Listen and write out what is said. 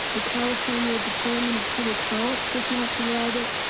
the california department of public health does not provide it.